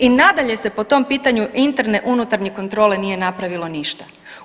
I nadalje se po tom pitanju interne unutarnje kontrole nije napravilo ništa.